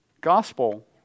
Gospel